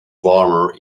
warmer